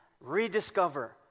Rediscover